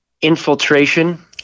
infiltration